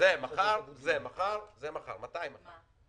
מתי מחר?